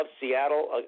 Seattle